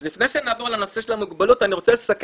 אז לפני שנעבור לנושא של המוגבלות אני רוצה לסכם